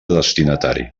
destinatari